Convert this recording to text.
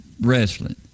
wrestling